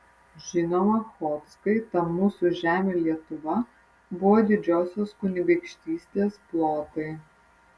žinoma chodzkai ta mūsų žemė lietuva buvo didžiosios kunigaikštystės plotai